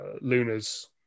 Luna's